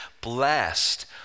Blessed